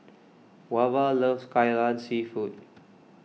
Wava loves Kai Lan Seafood